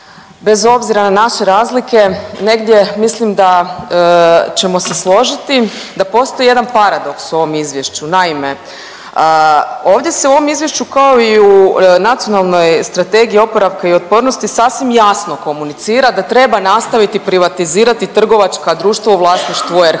bez obzira na naše razlike negdje mislim da ćemo se složiti da postoji jedan paradoks u ovom izvješću. Naime, ovdje se u ovom izvješću kao i u Nacionalnoj strategiji oporavka i otpornosti sasvim jasno komunicira da treba nastaviti privatizirati trgovačka društva u vlasništvu RH. A imali